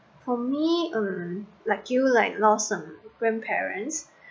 for me hmm like you like loss of grandparents